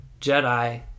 Jedi